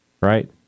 right